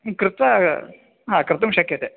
कृत्वा हा कर्तुं शक्यते